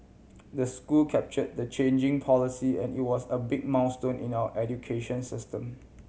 the school capture the changing policy and it was a big milestone in our education system